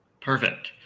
Perfect